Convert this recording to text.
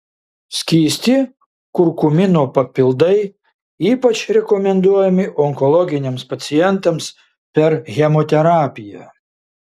skysti kurkumino papildai ypač rekomenduojami onkologiniams pacientams per chemoterapiją